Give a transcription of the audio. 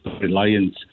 reliance